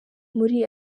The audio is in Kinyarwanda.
muri